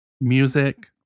music